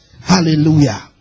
Hallelujah